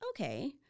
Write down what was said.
okay